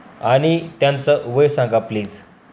आणि त्यांचं वय सांगा प्लीज